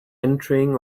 entering